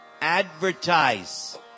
advertise